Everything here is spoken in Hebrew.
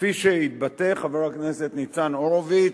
כפי שהתבטא חבר הכנסת ניצן הורוביץ,